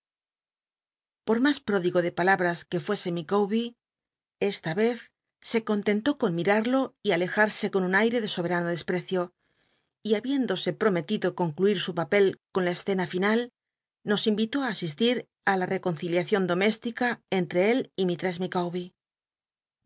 por mas pródigo de palabras que fuese ilicawez se contentó con mirarlo y alejarse con un ai rc de soberano desprecio y habiéndose prometido concl uir su papel con la escena final nos imitó á asistir i la rcconciliacion doméstica entre él y mislress